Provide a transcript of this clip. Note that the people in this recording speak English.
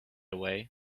away